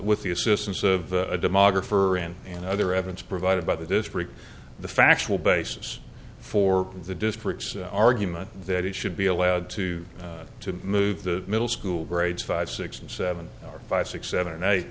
with the assistance of a demographer and and other evidence provided by the district the factual basis for the district's argument that it should be allowed to to move the middle school grades five six and seven or five six seven eight